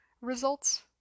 results